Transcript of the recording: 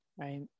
right